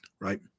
right